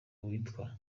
witwa